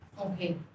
Okay